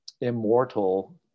immortal